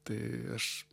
tai aš